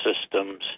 systems